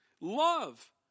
Love